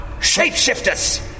Shapeshifters